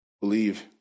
Believe